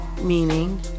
Meaning